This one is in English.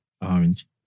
Orange